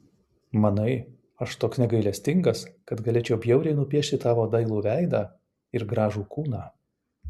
manai aš toks negailestingas kad galėčiau bjauriai nupiešti tavo dailų veidą ir gražų kūną